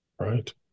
Right